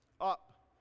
Up